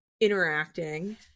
interacting